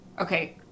Okay